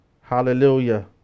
Hallelujah